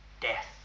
death